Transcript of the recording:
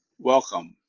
Welcome